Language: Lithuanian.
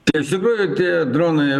tai iš tikrųjų tie dronai